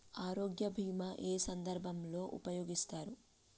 ఆరోగ్య బీమా ఏ ఏ సందర్భంలో ఉపయోగిస్తారు?